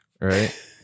Right